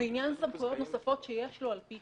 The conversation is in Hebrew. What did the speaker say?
בעניין סמכויות נספות שיש לו על פי